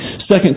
Second